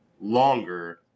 longer